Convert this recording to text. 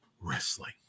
Wrestling